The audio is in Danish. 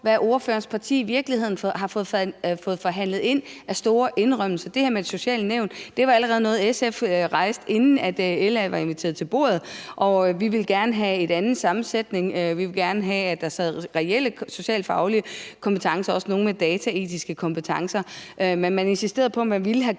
ordførerens parti i virkeligheden har fået forhandlet ind. Det her med det sociale nævn var allerede noget, SF rejste, inden LA var inviteret ind til bordet, og vi ville gerne have en anden sammensætning. Vi ville gerne have, at der sad nogle med reelle socialfaglige kompetencer og også nogle med dataetiske kompetencer. Men man insisterede på, at man ville have